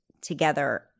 together